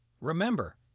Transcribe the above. Remember